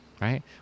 right